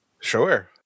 Sure